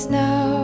now